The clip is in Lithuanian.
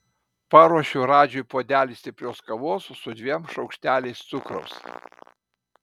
paruošiu radžiui puodelį stiprios kavos su dviem šaukšteliais cukraus